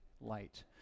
light